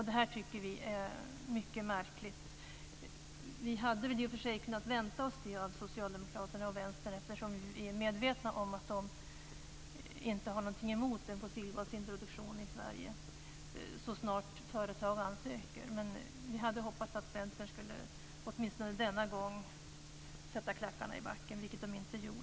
Det tycker vi är mycket märkligt, men i och för sig hade vi väl kunnat vänta oss det av Socialdemokraterna och Vänstern, eftersom vi är medvetna om att de inte har någonting emot en fossilgasintroduktion i Sverige så snart företag ansöker. Men vi hade hoppats att Centern åtminstone denna gång skulle sätta klackarna i backen, vilket man inte gjorde.